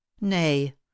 nay